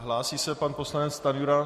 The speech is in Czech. Hlásí se pan poslanec Stanjura.